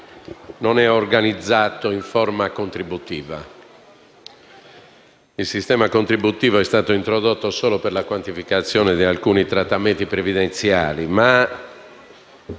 non è organizzato in forma contributiva: il sistema contributivo è stato introdotto solo per la quantificazione di alcuni trattamenti previdenziali.